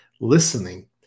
listening